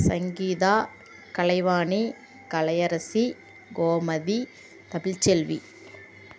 Sangeetha Kalaivani Kalaiyarasi Gomathi Tamilselvi